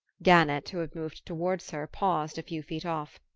gannett, who had moved towards her, paused a few feet off.